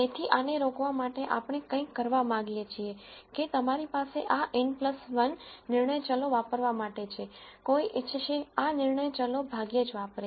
તેથી આને રોકવા માટે આપણે કંઇક કરવા માંગીએ છીએ કે તમારી પાસે આ n 1 નિર્ણય ચલો વાપરવા માટે છે કોઈ ઇચ્છશે આ નિર્ણય ચલો ભાગ્યે જ વાપરે